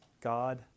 God